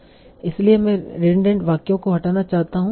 इसलिए मैं रिडनडेंट वाक्यों को हटाना चाहता हूं